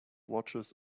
watches